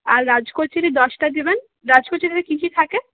আর রাজ কচুরি দশটা দিবেন রাজ কচুরির কি কি থাকে